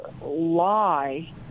lie